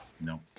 No